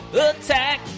attack